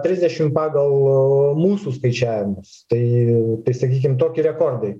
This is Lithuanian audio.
trisdešim pagal mūsų skaičiavimais tai tai sakykim toki rekordai